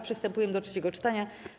Przystępujemy do trzeciego czytania.